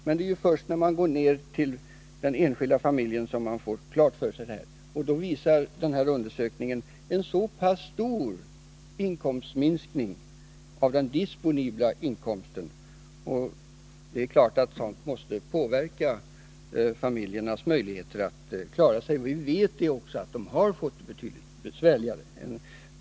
Men när man går ned till den enskilda familjen visar den här undersökningen en så pass stor minskning av den disponibla inkomsten som jag här nämnt. Det är klart att sådant måste påverka familjernas möjligheter att klara sig. Vi vet också att de har fått det betydligt besvärligare.